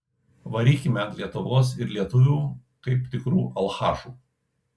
varykime ant lietuvos ir lietuvių kaip tikrų alchašų